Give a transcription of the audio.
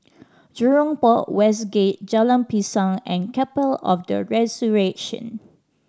Jurong Port West Gate Jalan Pisang and Chapel of the Resurrection